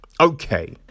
okay